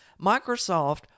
Microsoft